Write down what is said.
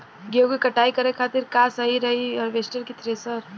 गेहूँ के कटाई करे खातिर का सही रही हार्वेस्टर की थ्रेशर?